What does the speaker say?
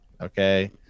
Okay